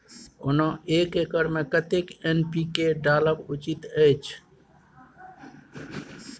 ओना एक एकर मे कतेक एन.पी.के डालब उचित अछि?